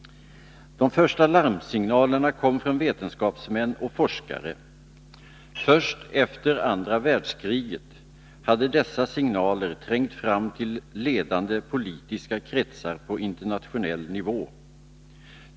De första larmsignalerna kom från vetenskapsmän och forskare. Först efter andra världskriget hade dessa signaler trängt fram till ledande politiska kretsar på internationell nivå.